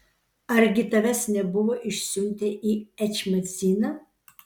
argi tavęs nebuvo išsiuntę į ečmiadziną